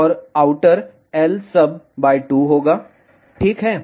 तो यह rin है और आउटर lsub 2 होगाठीक है